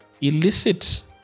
Illicit